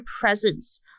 presence